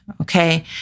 okay